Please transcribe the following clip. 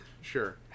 Sure